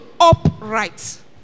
upright